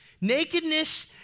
Nakedness